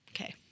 Okay